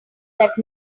that